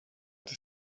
they